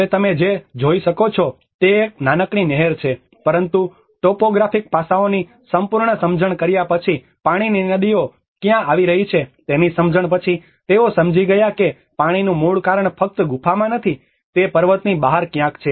હવે તમે જે જોઈ શકો છો તે એક નાનકડી નહેર છે પરંતુ ટોપોગ્રાફિક પાસાઓની સંપૂર્ણ સમજણ કર્યા પછી અને પાણીની નદીઓ ક્યાં આવી રહી છે તેની સમજણ પછી તેઓ સમજી ગયા કે પાણીનું મૂળ કારણ ફક્ત ગુફામાં નથી તે પર્વતની બહાર ક્યાંક છે